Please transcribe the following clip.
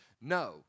no